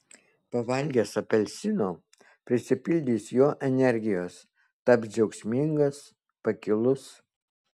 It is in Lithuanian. pavalgęs apelsino prisipildys jo energijos taps džiaugsmingas pakilus